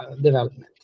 development